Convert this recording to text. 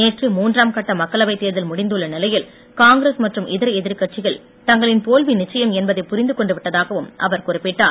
நேற்று மூன்றாம் கட்ட மக்களவைத் தேர்தல் முடிந்து உள்ள நிலையில் காங்கிரஸ் மற்றும் இதர எதிர்கட்சிகள் தங்களின் தோல்வி நிச்சயம் என்பதை புரிந்து கொண்டு விட்டதாகவும் அவர் குறிப்பிட்டார்